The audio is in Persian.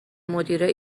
مدیره